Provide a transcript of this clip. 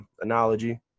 analogy